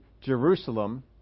Jerusalem